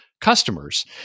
customers